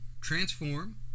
transform